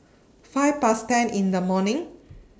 five Past ten in The morning